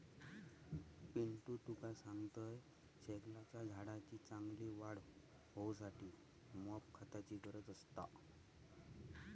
पिंटू तुका सांगतंय, शेगलाच्या झाडाची चांगली वाढ होऊसाठी मॉप खताची गरज असता